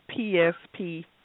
PSP